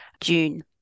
June